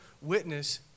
witness